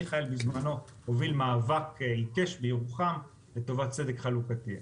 מיכאל בזמנו הוביל מאבק עיקש בירוחם לטובת צדק חלוקתי.